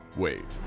wait,